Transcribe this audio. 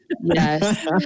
Yes